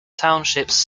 townships